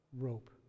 rope